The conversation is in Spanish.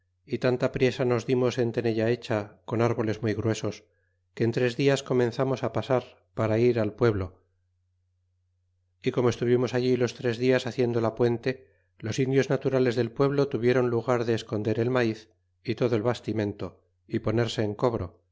y tanta priesa nos dimos en tenella hecha con árboles muy gruesos que en tres dias comenzamos á pasar para ir al pueblo y como estuvimos allí los tres dias haciendo la puente los indios naturales del pueblo tuvieron lugar de esconder el maiz y todo el bastimento y ponerse en cobro